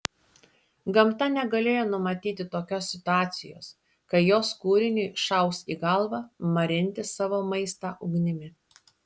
gamta negalėjo numatyti tokios situacijos kai jos kūriniui šaus į galvą marinti savo maistą ugnimi